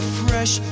fresh